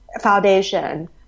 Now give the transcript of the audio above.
foundation